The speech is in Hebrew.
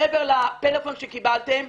מעבר לפלאפון שקיבלתם,